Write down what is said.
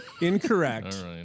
Incorrect